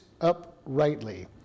uprightly